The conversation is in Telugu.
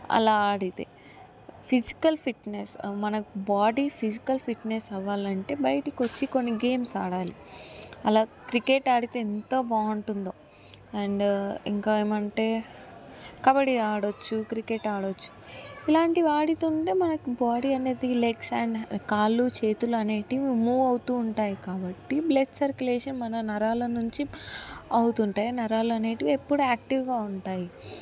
అలా ఆడితే ఫిజికల్ ఫిట్నెస్ మన బాడీ ఫిజికల్ ఫిట్నెస్ అవ్వాలంటే బయటకు వచ్చి కొన్ని గేమ్స్ ఆడాలి అలా క్రికెట్ ఆడితే ఎంత బాగుంటుందో అండ్ ఇంకా ఏమంటే కబడ్డీ ఆడవచ్చు క్రికెట్ ఆడవచ్చు ఇలాంటివి ఆడుతుంటే మన బాడీ అనేది లెగ్స్ అండ్ కాళ్లు చేతులు అనేటివి మూవ్ అవుతూ ఉంటాయి కాబట్టి బ్లడ్ సర్కులేషన్ మన నరాల నుంచి అవుతుంటాయి నరాలు అనేటివి ఎప్పుడూ యాక్టివ్గా ఉంటాయి